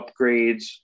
upgrades